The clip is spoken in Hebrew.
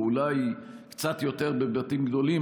ואולי קצת יותר בבתים גדולים,